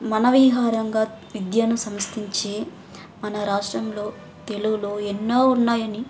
మనవిహారంగా విద్యను సంస్థించె మన రాష్ట్రంలో తెలుగులో ఎన్నో ఉన్నాయని